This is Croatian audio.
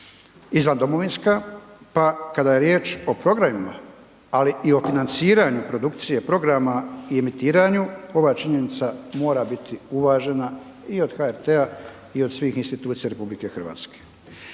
izvan domovinska, pa kada je riječ o programima, ali i o financiranju produkcije programa i emitiranju ova činjenica mora biti uvažena i od HRT-a i od svih institucija RH, pa